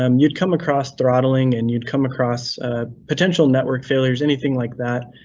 um you'd come across throttling, and you'd come across potential network failures, anything like that.